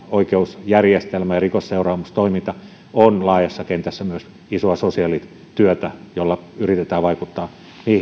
oikeusjärjestelmä ja rikosseuraamustoiminta ovat laajassa kentässä isoa sosiaalityötä jolla yritetään vaikuttaa